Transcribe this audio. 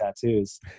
tattoos